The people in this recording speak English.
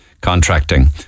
contracting